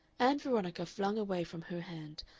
ann veronica flung away from her hand,